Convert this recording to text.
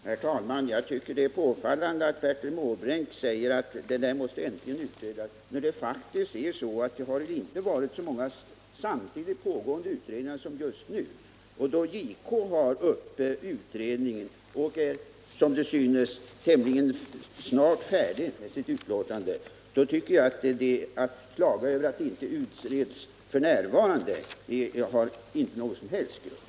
Herr talman! Jag tycker att det är påfallande att Bertil Måbrink säger att det här äntligen måste utredas när det faktiskt aldrig tidigare förekommit så många samtidigt pågående utredningar som just nu. JK behandlar utredningen och är som det synes tämligen snart färdig med sitt utlåtande. Klagomålen över att säpos verksamhet inte utreds f. n. har därför inte någon som helst grund.